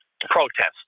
protest